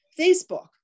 Facebook